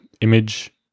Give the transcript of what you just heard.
image